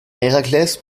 héraclès